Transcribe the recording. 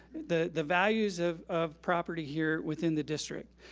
the the values of of property here within the district.